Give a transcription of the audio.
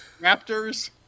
Raptors